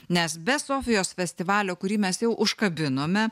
nes be sofijos festivalio kurį mes jau užkabinome